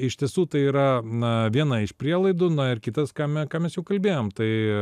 iš tiesų tai yra na viena iš prielaidų na ir kitas ką me ką mes jau kalbėjom tai